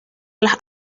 las